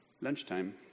Lunchtime